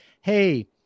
Hey